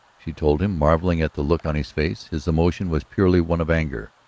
she told him, marvelling at the look on his face. his emotion was purely one of anger,